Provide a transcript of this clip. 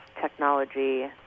technology